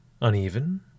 uneven